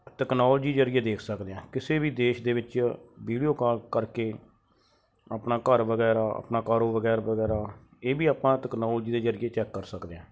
technology ਜਰੀਏ ਦੇਖ ਸਕਦੇ ਹਾਂ ਕਿਸੇ ਵੀ ਦੇਸ਼ ਦੇ ਵਿੱਚ ਵੀਡੀਓ ਕਾਲ ਕਰਕੇ ਆਪਣਾ ਘਰ ਵਗੈਰਾ ਆਪਣਾ ਕਾਰੋਬਗੈਰ ਵਗੈਰਾ ਇਹ ਵੀ ਆਪਾਂ ਤਕਨਾਲੋਜੀ ਦੇ ਜਰੀਏ ਚੈੱਕ ਕਰ ਸਕਦੇ ਆ